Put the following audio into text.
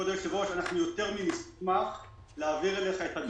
אנחנו יותר מאשר נשמח להעביר לך את הדוח שכבר קיים.